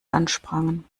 ansprangen